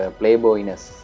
playboyness